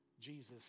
Jesus